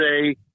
say –